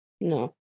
No